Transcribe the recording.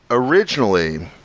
originally,